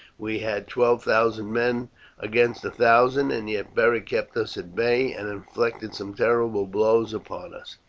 we had twelve thousand men against a thousand, and yet beric kept us at bay and inflicted some terrible blows upon us,